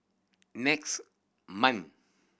next month